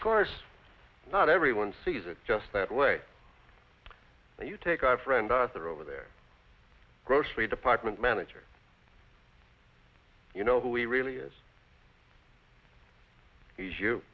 profits course not everyone sees it just that way and you take our friend arthur over there grocery department manager you know who he really is he's you